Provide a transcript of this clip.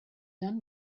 done